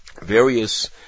Various